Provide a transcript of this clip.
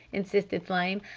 insisted flame.